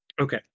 Okay